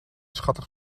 schattig